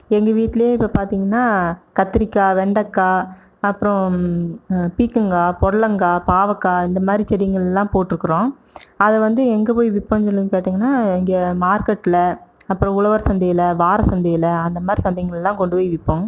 எங்கள் வீட்ல இப்போ பாத்திங்கனா கத்ரிக்காய் வெண்டக்காய் அப்புறோம் பீக்கங்காய் பொடலங்காய் பாவக்காய் இந்த மாதிரி செடிங்கள்லாம் போட்டுருக்குறோம் அதை வந்து எங்கே போய் விற்பாய்ங்கனு பாத்திங்கனா இங்கே மார்க்கெட்டில அப்புறம் உழவர் சந்தையில வார சந்தையில அந்த மாதிரி சந்தைங்கள்லாம் கொண்டு போய் விற்போம்